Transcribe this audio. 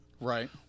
Right